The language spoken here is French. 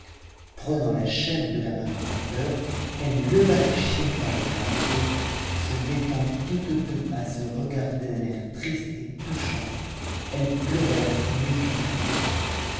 prenant la chaîne de la main du porteur elle leva la chienne par les pattes et se mettant toutes deux à se regarder d'un air triste et touchant elles pleurèrent l'une et l'autre